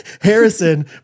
Harrison